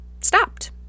stopped